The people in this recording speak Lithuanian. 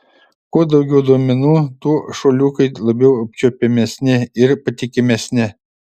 kuo daugiau duomenų tuo šuoliukai labiau apčiuopiamesni ir patikimesni